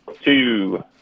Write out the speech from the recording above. two